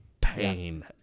pain